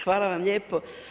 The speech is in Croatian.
Hvala vam lijepo.